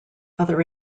other